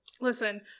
Listen